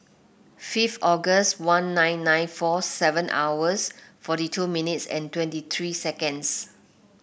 fifth August one nine nine four seven hours forty two minutes and twenty three seconds